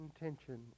intention